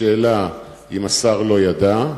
השאלה אם השר לא ידע,